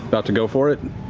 about to go for it?